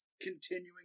continuing